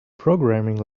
programming